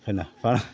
என்ன